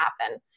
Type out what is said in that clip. happen